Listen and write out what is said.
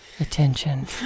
attention